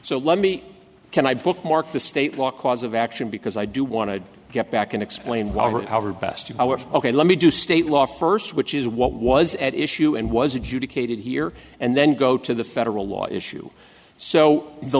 so let me can i bookmarked the state law cause of action because i do want to get back and explain why our best to our ok let me do state law first which is what was at issue and was adjudicated here and then go to the federal law issue so the